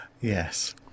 Yes